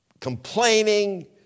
Complaining